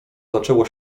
zaczęło